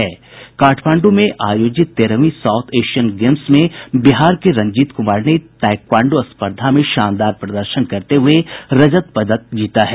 काठमांडू में आयोजित तेरहवीं साउथ एशियन गेम्स में बिहार के रंजीत कुमार ने ताईक्वांडो स्पर्धा में शानदार प्रदर्शन करते हुये रजत पदक जीता है